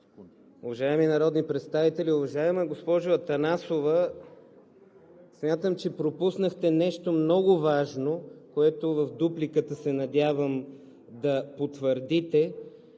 уважаеми народни представители! Уважаема госпожо Атанасова, смятам, че пропуснахте нещо много важно, което в дупликата се надявам да потвърдите